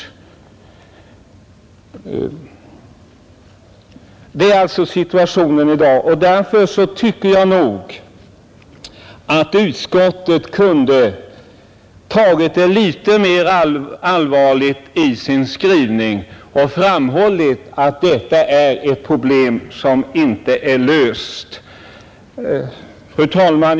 Detta är alltså situationen i dag, och därför tycker jag nog att utskottet kunde ha tagit litet mer allvarligt på saken i sin skrivning och framhållit att detta är ett problem som inte är löst. Fru talman!